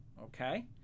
okay